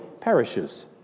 perishes